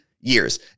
years